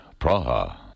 Praha